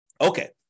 Okay